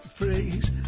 phrase